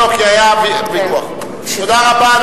תודה רבה.